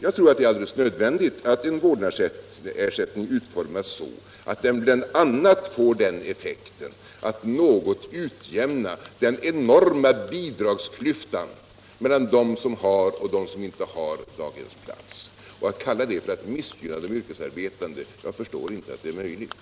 Jag tror att det är helt nödvändigt att en vårdnadsersättning utformas så att den bl.a. får den effekten att något utjämna den enorma bidragsklyftan mellan dem som har och dem som inte har daghemsplats. Jag förstår inte att det är möjligt att kalla det för att missgynna de yrkesarbetande.